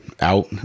out